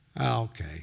Okay